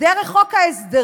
דרך חוק ההסדרים,